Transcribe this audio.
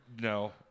No